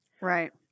Right